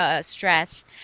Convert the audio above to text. stress